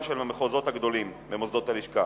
של המחוזות הגדולים במוסדות הלשכה,